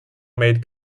made